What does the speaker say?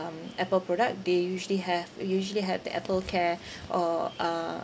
Apple product they usually have usually have the Apple care or uh